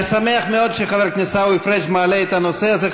אני שמח מאוד שחבר הכנסת עיסאווי פריג' מעלה את הנושא הזה.